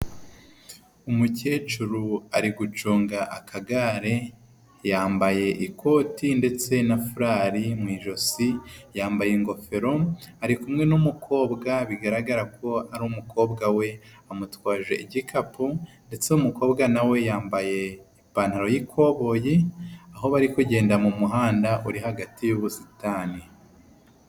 Umukecuru ari gucunga akagare yambaye ikoti ndetse na furari mw' ijosi yambaye ingofero ari kumwe n'umukobwa bigaragara ko ari umukobwa we amutwaje igikapu ndetse n'umukobwa nawe yambaye ipantaro y' ikoboyi aho bari kugenda mu muhanda uri hagati y'ubusitani .